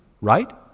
right